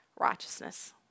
righteousness